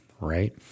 right